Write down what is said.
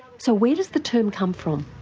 so where does the term come from?